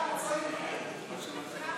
אנטאנס שחאדה,